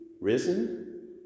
risen